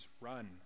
run